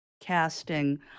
casting